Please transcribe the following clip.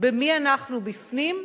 במי אנחנו בפנים,